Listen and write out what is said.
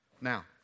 Now